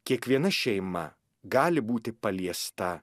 kiekviena šeima gali būti paliesta